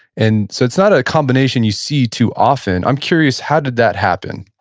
and so that's not a combination you see too often. i'm curious, how did that happen?